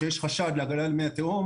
שיש חשד להגעה למי התהום,